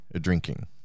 drinking